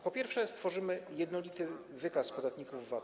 Po pierwsze, stworzymy jednolity wykaz podatników VAT.